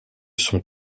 sont